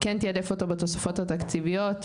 כן תיעדף אותו בתוספות התקציביות,